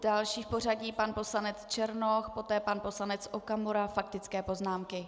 Další v pořadí je pan poslanec Černoch, poté pan poslanec Okamura faktické poznámky.